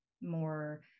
more